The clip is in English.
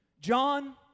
John